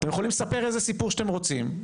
אתם יכולים לספר איזה סיפור שאתם רוצים.